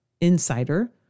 insider